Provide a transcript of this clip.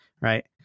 right